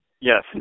Yes